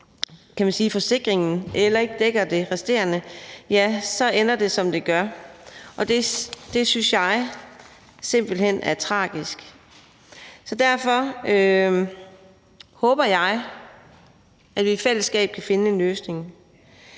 ende og forsikringen heller ikke dækker det resterende, ender det, som det gør. Og det synes jeg simpelt hen er tragisk. Så derfor håber jeg, at vi i fællesskab kan finde en løsning.